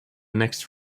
next